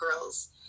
girls